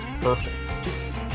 perfect